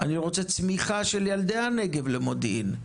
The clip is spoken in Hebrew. אני רוצה צמיחה של ילדי הנגב למודיעין.